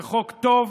זה חוק טוב,